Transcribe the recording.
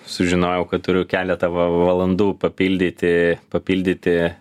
sužinojau kad turiu keletą va valandų papildyti papildyti